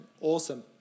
Awesome